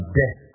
death